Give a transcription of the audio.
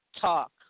talk